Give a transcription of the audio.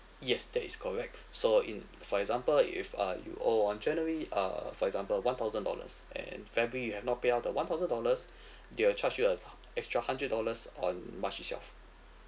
yes that is correct so in for example if uh you owe on january uh for example one thousand dollars and february you have not pay out the one thousand dollars they will charge you a extra hundred dollars on march itself